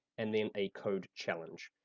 and then a code challenge.